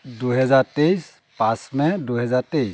দুহেজাৰ তেইছ পাঁচ মে' দুহেজাৰ তেইছ